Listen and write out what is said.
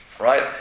right